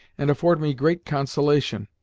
and afford me great consolation.